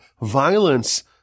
violence